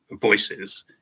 voices